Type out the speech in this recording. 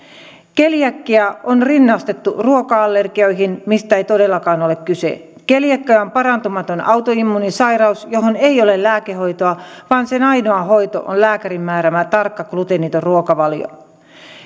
keliakia on rinnastettu ruoka allergioihin mistä ei todellakaan ole kyse keliakia on parantumaton autoimmuunisairaus johon ei ole lääkehoitoa vaan jonka ainoa hoito on lääkärin määräämä tarkka gluteeniton ruokavalio